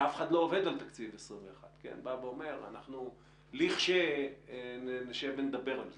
אף אחד לא עובד על תקציב 2021. הוא אומר שכאשר נשב ונדבר על זה.